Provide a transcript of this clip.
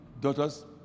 daughters